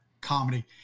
comedy